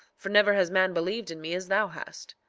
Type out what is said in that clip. for never has man believed in me as thou hast.